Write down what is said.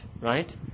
right